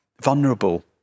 vulnerable